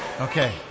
Okay